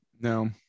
No